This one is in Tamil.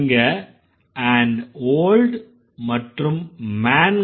இங்க an old மற்றும் man